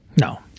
No